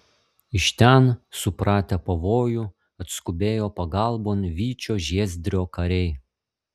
iš ten supratę pavojų atskubėjo pagalbon vyčio žiezdrio kariai